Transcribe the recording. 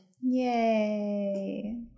Yay